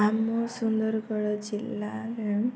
ଆମ ସୁନ୍ଦରଗଡ଼ ଜିଲ୍ଲାରେ